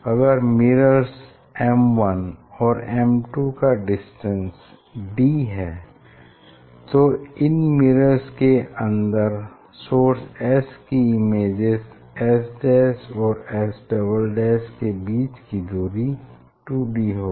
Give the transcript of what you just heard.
अगर mirrors M1 और M2 का डिस्टेंस d है तो इन मिरर्स के अन्दर सोर्स S की इमेजेज S और S के बीच की दूरी 2d होगी